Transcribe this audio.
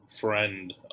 friend